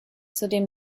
zudem